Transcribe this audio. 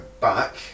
back